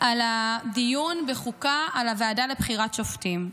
על הדיון בוועדת החוקה על הוועדה לבחירת שופטים,